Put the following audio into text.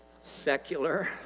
secular